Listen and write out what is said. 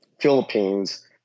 philippines